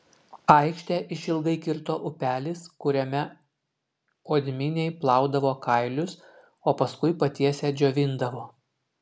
aikštę išilgai kirto upelis kuriame odminiai plaudavo kailius o paskui patiesę džiovindavo